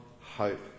hope